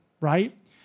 right